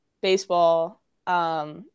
baseball